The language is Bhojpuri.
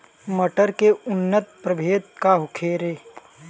मटर के उन्नत प्रभेद का होखे?